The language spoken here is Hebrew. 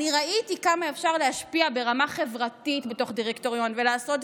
אני ראיתי כמה אפשר להשפיע ברמה החברתית בתוך דירקטוריון ולעשות דברים.